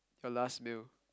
your last meal